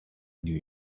new